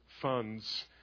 funds